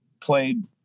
played